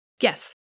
Yes